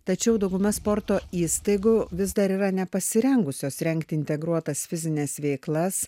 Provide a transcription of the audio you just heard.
tačiau dauguma sporto įstaigų vis dar yra nepasirengusios rengti integruotas fizines veiklas